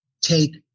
take